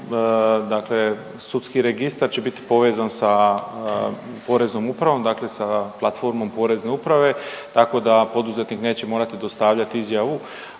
dakle sudski registar će biti povezan sa poreznom upravom, dakle sa platformom porezne uprave, tako da poduzetnik neće morati dostavljati izjavu